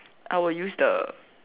I would use the